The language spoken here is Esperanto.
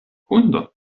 hundon